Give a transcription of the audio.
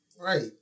right